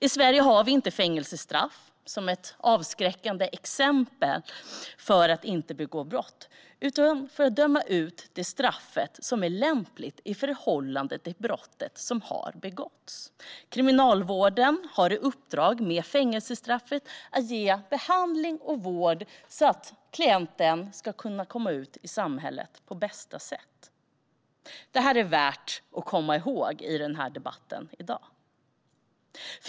I Sverige har vi inte fängelsestraff som ett avskräckande exempel för att inte begå brott, utan för att döma ut det straff som är lämpligt i förhållande till det brott som har begåtts. Kriminalvården har i uppdrag att med fängelsestraffet ge behandling och vård så att klienten ska kunna komma ut i samhället på bästa sätt. Det här är värt att komma ihåg i debatten i dag.